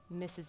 Mrs